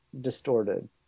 distorted